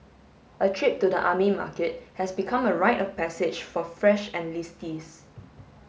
a trip to the army market has become a rite of passage for fresh enlistees